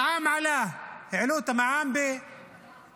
המע"מ עלה, העלו את המע"מ ב-1%,